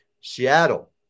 Seattle